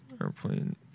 airplane